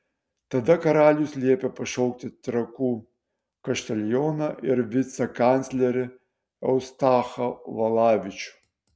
tada karalius liepė pašaukti trakų kaštelioną ir vicekanclerį eustachą valavičių